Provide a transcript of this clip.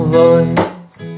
voice